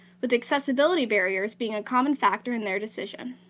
with accessibility barriers being a common factor in their decision.